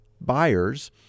buyers